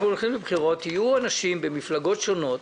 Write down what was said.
לבחירות יהיו אנשים במפלגות שונות